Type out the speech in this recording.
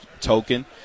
token